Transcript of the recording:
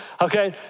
Okay